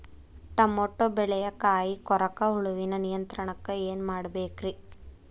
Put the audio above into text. Tomato ಬೆಳೆಯ ಕಾಯಿ ಕೊರಕ ಹುಳುವಿನ ನಿಯಂತ್ರಣಕ್ಕ ಏನ್ ಮಾಡಬೇಕ್ರಿ?